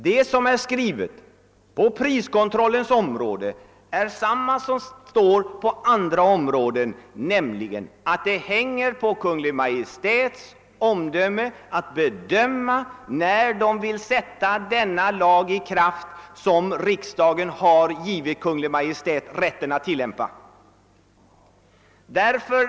Liksom beträffande priskontrollen gäller, att det hänger på Kungl. Maj:ts omdöme huruvida den lag, som riksdagen givit Kungl. Maj:t rätt att tillämpa, skall sättas i kraft.